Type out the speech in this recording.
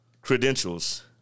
credentials